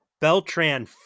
Beltran